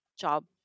job